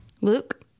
Luke